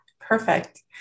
Perfect